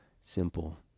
simple